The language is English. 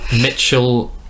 Mitchell